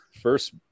first